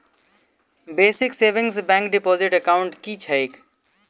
Basic savings bank deposit account की छैक?